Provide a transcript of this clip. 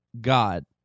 God